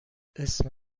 اسم